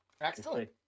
Excellent